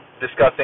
discussing